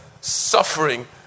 suffering